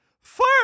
Fire